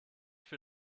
für